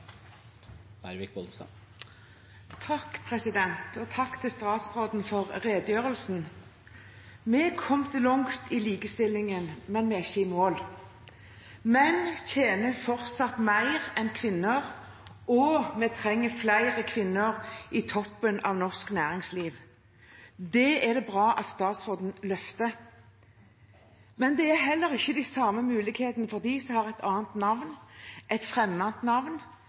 Abortnemndene må bort, og før det skjer, kan vi faktisk ikke påstå at kvinner i Norge er frie til å ta egne livsvalg. Takk til statsråden for redegjørelsen. Vi har kommet langt i likestillingen, men vi er ikke i mål. Menn tjener fortsatt mer enn kvinner, og vi trenger flere kvinner i toppen av norsk næringsliv. Det er det bra at statsråden løfter. Men det er heller ikke de samme mulighetene